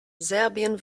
serbien